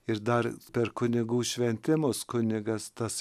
ir dar per kunigų šventimus kunigas tas